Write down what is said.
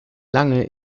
lange